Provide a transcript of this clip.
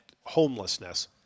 homelessness